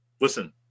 listen